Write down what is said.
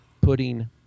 putting